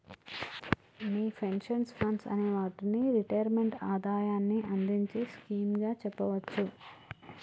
మీ pension funds అనే వాటిని retirement ఆదాయాన్ని అందించే స్కీమ్ గా చెప్పవచ్చు